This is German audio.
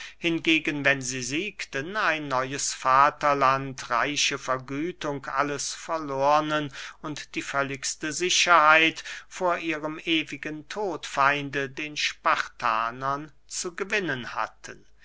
hingegen wenn sie siegten ein neues vaterland reiche vergütung alles verlornen und die völligste sicherheit vor ihrem ewigen todfeinde den spartanern zu gewinnen hatten